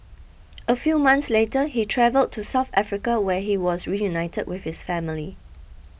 a few months later he travelled to South Africa where he was reunited with his family